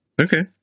Okay